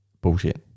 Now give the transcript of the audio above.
Bullshit